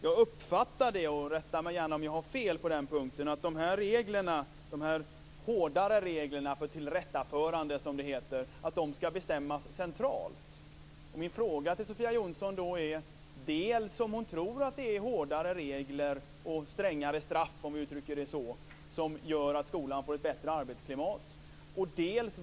Jag uppfattade det som att dessa hårdare regler för tillrättaförande, som det heter, skall bestämmas centralt. Rätta mig gärna om jag har fel på den punkten! Därför vill jag fråga Sofia Jonsson om hon tror att hårdare regler och strängare straff, om vi uttrycker det så, gör att det blir ett bättre arbetsklimat i skolan.